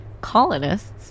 colonists